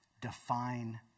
define